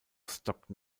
stockton